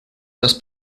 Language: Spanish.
las